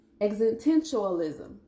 existentialism